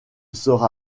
sera